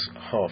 half